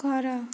ଘର